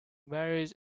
marriage